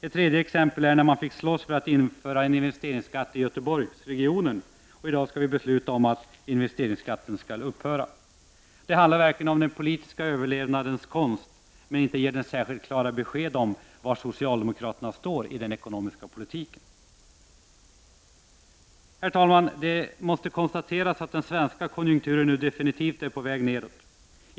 Ett tredje exempel är att man fick slåss för att införa en investeringsskatt i Göteborgsregionen. I dag skall vi besluta om att investeringsskatten skall upphöra. Det handlar om den politiska överlevnadens konst. Men inte ger det särskilt klara besked om var socialdemokraterna står i den ekonomiska politiken. Herr talman! Det måste konstateras att den svenska konjunkturen nu definitivt är på väg nedåt.